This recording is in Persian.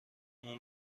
اون